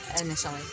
initially